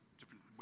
different